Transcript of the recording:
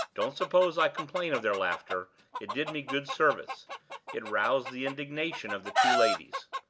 don't suppose i complain of their laughter it did me good service it roused the indignation of the two ladies.